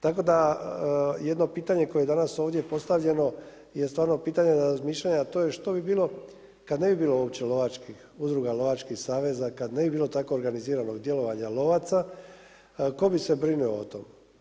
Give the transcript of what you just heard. Tako da jedno pitanje koje je danas ovdje postavljeno je stvarno pitanja za razmišljanje, a to je što bi bilo kada ne bi bilo uopće lovačkih udruga, lovačkih saveza, kada ne bi bilo tako organiziranog djelovanja lovaca, tko bi se brinuo o tom?